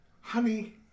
Honey